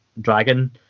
Dragon